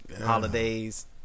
Holidays